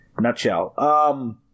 nutshell